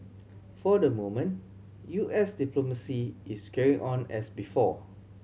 for the moment U S diplomacy is carrying on as before